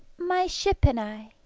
my ship and i